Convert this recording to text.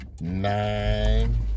Nine